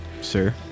Sir